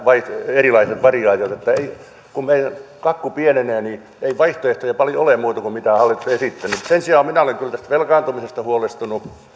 erilaiset variaatiot ovat hyvin pieniä kun meidän kakku pienenee niin ei vaihtoehtoja paljon ole muita kuin mitä hallitus on esittänyt sen sijaan minä olen kyllä tästä velkaantumisesta huolestunut